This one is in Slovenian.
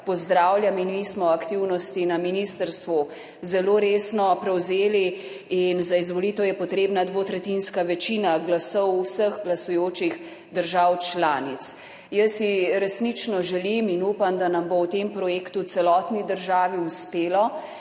pozdravljam in mi smo aktivnosti na ministrstvu zelo resno prevzeli. Za izvolitev je potrebna dvotretjinska večina glasov vseh glasujočih držav članic. Resnično si želim in upam, da nam bo v tem projektu celotni državi uspelo